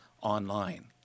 online